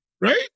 right